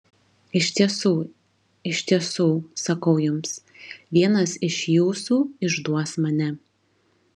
iš tiesų iš tiesų sakau jums vienas iš jūsų išduos mane